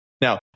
Now